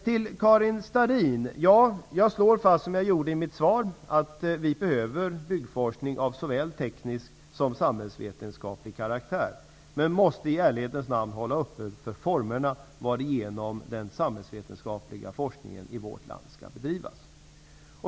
Till Karin Starrin. Jag slår fast, som jag gjorde i mitt svar, att vi behöver byggforskning av såväl teknisk som samhällsvetenskaplig karaktär. Men vi måste i ärlighetens namn hålla öppet för formerna varigenom den samhällsvetenskapliga forskningen i vårt land skall bedrivas.